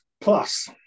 Plus